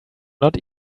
not